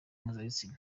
mpuzabitsina